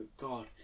God